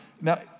Now